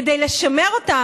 כדי לשמר אותן.